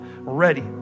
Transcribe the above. ready